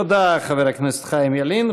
תודה, חבר הכנסת חיים ילין.